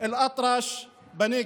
ואל-אטרש בנגב.